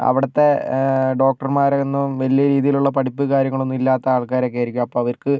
അവിടുത്തെ ഡോക്ടർമാരൊന്നും വലിയ രീതിലുള്ള പഠിപ്പ് കാര്യങ്ങളൊന്നും ഇല്ലാത്ത ആൾക്കാരൊക്കെയായിരിക്കും അപ്പോൾ അവർക്ക്